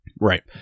Right